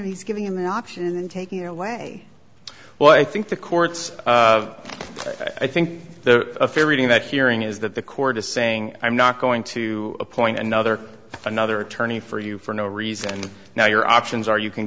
of he's giving him an option in taking away well i think the courts i think there's a fair reading that hearing is that the court is saying i'm not going to appoint another another attorney for you for no reason now your options are you can